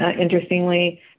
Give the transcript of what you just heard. interestingly